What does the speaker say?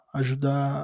ajudar